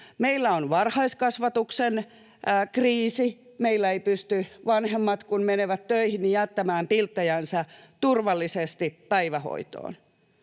Meillä on varhaiskasvatuksen kriisi: meillä ei pysty vanhemmat töihin mennessään jättämään pilttejänsä turvallisesti päivähoitoon.